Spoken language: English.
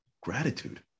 gratitude